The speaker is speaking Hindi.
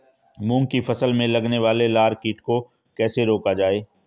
मूंग की फसल में लगने वाले लार कीट को कैसे रोका जाए?